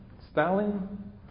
Stalin